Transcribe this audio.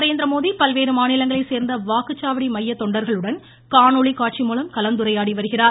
நரேந்திரமோடி பல்வேறு மாநிலங்களைச் சேர்ந்த வாக்குச்சாவடி மைய தொண்டர்களுடன் காணொளிகாட்சிமூலம் கலந்துரையாடுகிறார்